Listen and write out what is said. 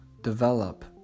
develop